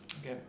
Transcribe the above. okay